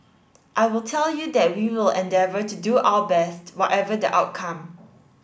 I will tell you that we will endeavour to do our best whatever the outcome